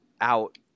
out